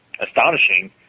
Astonishing